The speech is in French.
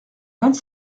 vingt